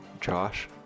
Josh